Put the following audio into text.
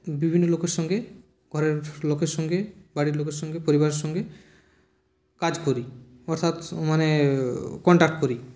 বিভিন্ন লোকের সঙ্গে ঘরের লোকের সঙ্গে বাড়ির লোকের সঙ্গে পরিবারের সঙ্গে কাজ করি অর্থাৎ মানে কন্টাক্ট করি